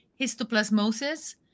histoplasmosis